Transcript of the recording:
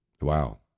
Wow